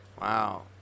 Wow